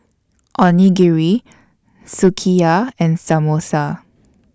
Onigiri Sukiyaki and Samosa